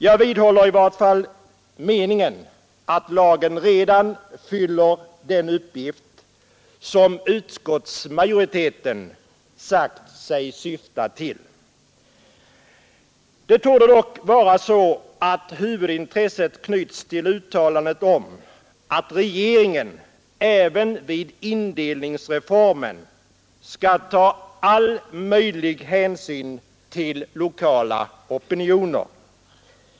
Jag vidhåller i varje fall meningen att lagen redan fyller den uppgift som utskottsmajoriteten sagt sig syfta till. Det torde dock vara så att huvudintresset knyts till uttalandet om att regeringen även vid indelningsreformen skall ta ”all möjlig hänsyn till lokala opinioner”.